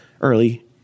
early